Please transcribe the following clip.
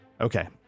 okay